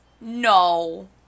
No